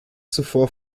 zuvor